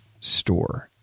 store